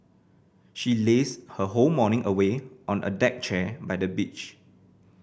she lazed her whole morning away on a deck chair by the beach